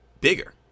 bigger